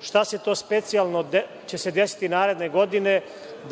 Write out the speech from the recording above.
Šta će se to specijalno desiti naredne godine